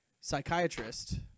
psychiatrist